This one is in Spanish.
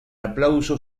aplauso